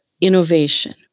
innovation